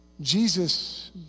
Jesus